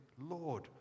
Lord